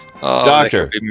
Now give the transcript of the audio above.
doctor